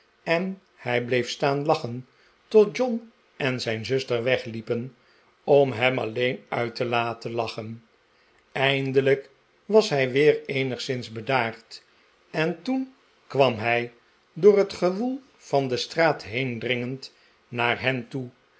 en hij bleef staan lachen tot john en zijn zuster wegliepen om hem alleen uit te laten lachen eindelijk was hij weer eenigszins bedaard en toen kwam hij r door het gewoel van de straat heendringend naar hen toe